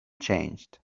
changed